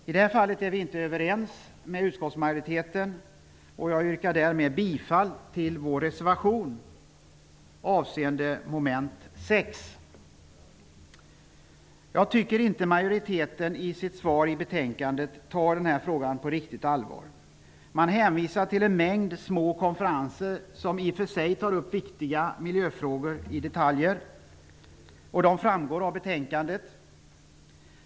I det fallet är vi inte överens med utskottsmajoriteten, och jag yrkar därför bifall till vår reservation under mom. 6. Jag tycker inte att majoriteten i sin skrivning i betänkandet tar denna fråga riktigt på allvar. Man hänvisar till en mängd små konferenser som redovisas i betänkandet och som i och för sig tar upp viktiga detaljfrågor på miljöområdet.